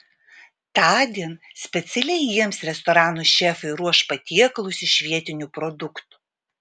tądien specialiai jiems restoranų šefai ruoš patiekalus iš vietinių produktų